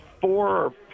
four